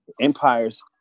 Empires